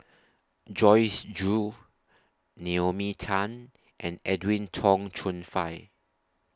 Joyce Jue Naomi Tan and Edwin Tong Chun Fai